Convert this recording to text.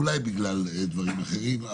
אולי בגלל דברים אחרים.